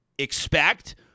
expect